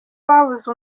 babuze